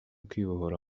kwibohora